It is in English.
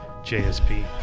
JSP